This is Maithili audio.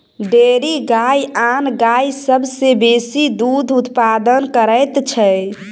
डेयरी गाय आन गाय सभ सॅ बेसी दूध उत्पादन करैत छै